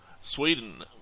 Sweden